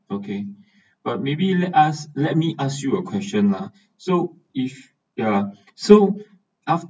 okay uh maybe let us let me ask you a question lah so if the so af~